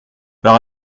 par